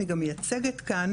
אני גם מייצגת כאן,